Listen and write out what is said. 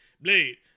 Blade